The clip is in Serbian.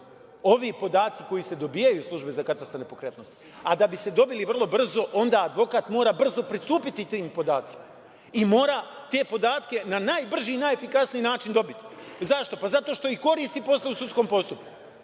ovi podaci koji se dobijaju iz službe za katastar nepokretnosti. Da bi se dobili vrlo brzo onda advokat mora brzo pristupiti tim podacima i mora te podatke na najbrži i najefikasniji način dobiti. Zašto? Zato što ih koristi posle u sudskom postupku.